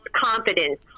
confidence